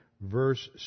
verse